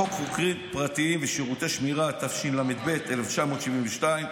חוק חוקרים פרטיים ושירותי שמירה, התשל"ב 1972,